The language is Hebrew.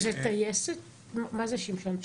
מה זה שמשון?